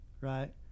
right